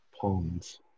Ponds